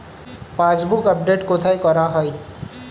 Passbook update কোথায় করা হয়?